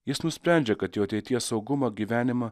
jis nusprendžia kad jo ateities saugumą gyvenimą